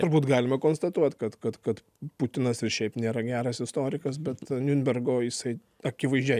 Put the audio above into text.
turbūt galima konstatuot kad kad kad putinas ir šiaip nėra geras istorikas bet niurnbergo jisai akivaizdžiai